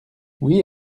oui